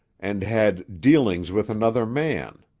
and had dealings with another man.